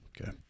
okay